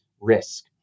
risk